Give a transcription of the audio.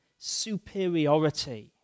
superiority